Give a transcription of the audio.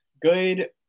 good